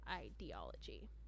ideology